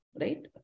right